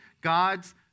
God's